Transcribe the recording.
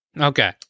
Okay